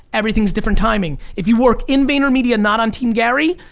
everything's different timing. if you work in vaynermedia not on team gary,